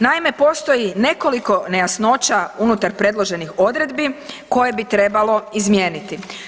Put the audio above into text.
Naime, postoji nekoliko nejasnoća unutar predloženih odredbi koje bi trebalo izmijeniti.